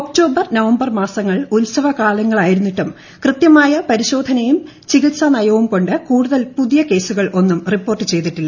October November മാസങ്ങൾ ഉത്സലകാലങ്ങളായിരുന്നിട്ടും കൃത്യമായ പരിശോധനയും ചികിത്സാ നയവും കൊണ്ട് കൂടുതൽ പുതിയ കേസുകൾ ഒന്നും റിപ്പോർട്ട് ചെയ്തിട്ടില്ല